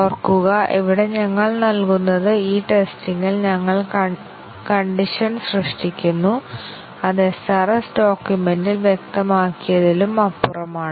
ഓർക്കുക ഇവിടെ ഞങ്ങൾ നൽകുന്നത് ഈ ടെസ്റ്റിംഗിൽ ഞങ്ങൾ കണ്ടിഷൻ സൃഷ്ടിക്കുന്നു അത് SRS ഡോക്യുമെന്റിൽ വ്യക്തമാക്കിയതിലും അപ്പുറമാണ്